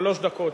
שלוש דקות.